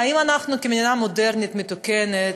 האם אנחנו, כמדינה מודרנית מתוקנת,